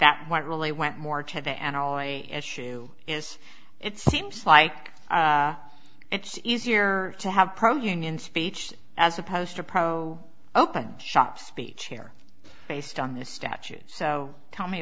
that what really went more today and ali issue is it seems like it's easier to have pro union speech as opposed to pro open shop speech here based on this statute so tell me